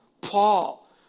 Paul